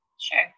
Sure